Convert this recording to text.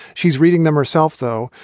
she's reading them herself, though.